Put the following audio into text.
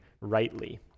rightly